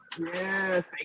yes